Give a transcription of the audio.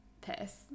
piss